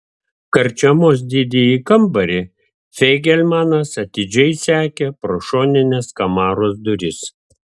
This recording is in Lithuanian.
karčiamos didįjį kambarį feigelmanas atidžiai sekė pro šonines kamaros duris